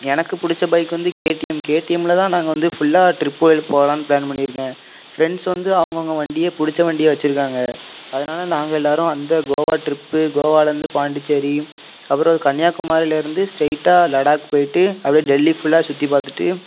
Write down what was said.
எனக்கு பிடிச்ச பைக் வந்து கேடிஎம் கேடிஎம்மில் தான் நாங்கள் வந்து ஃபுல்லாக ட்ரிப் போகலான்னு ப்ளான் பண்ணியிருக்கேன் ஃப்ரெண்ட்ஸ் வந்து அவங்கவுங்க வண்டியை பிடிச்ச வண்டியை வைச்சிருக்காங்க அதனால் நாங்கள் எல்லோரும் அந்த கோவா ட்ரிப்பு கோவாலேருந்து பாண்டிச்சேரி அப்புறம் கன்னியாகுமாரிலேருந்து ஸ்ட்ரெயிட்டாக லடாக் போய்ட்டு அப்டியே டெல்லி ஃபுல்லாக சுற்றி பார்த்துட்டு